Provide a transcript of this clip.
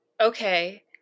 okay